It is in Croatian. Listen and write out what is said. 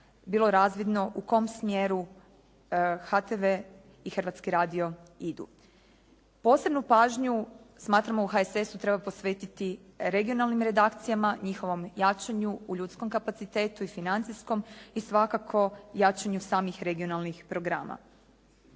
bilo razvidno u kom smjeru HTV i Hrvatski radio idu. Posebnu pažnju smatramo u HSS-u treba posvetiti regionalnim redakcijama, njihovom jačanju u ljudskom kapacitetu i financijskom i svakako jačanju samih regionalnih programa.